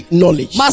knowledge